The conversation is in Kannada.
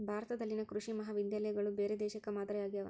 ಭಾರತದಲ್ಲಿನ ಕೃಷಿ ಮಹಾವಿದ್ಯಾಲಯಗಳು ಬೇರೆ ದೇಶಕ್ಕೆ ಮಾದರಿ ಆಗ್ಯಾವ